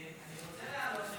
אני רוצה לעלות ולהגיב.